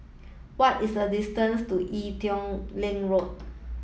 what is the distance to Ee Teow Leng Road